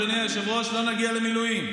אדוני היושב-ראש: לא נגיע למילואים.